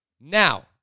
Now